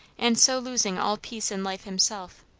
and so losing all peace in life himself.